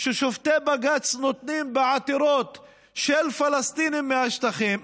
ששופטי בג"ץ נותנים בעתירות של פלסטינים מהשטחים.